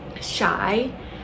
shy